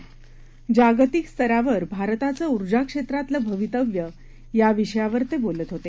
जागतिक स्तरावर भारताचं उर्जा क्षेत्रातलं भवितव्य या विषयावर ते बोलत होते